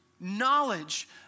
knowledge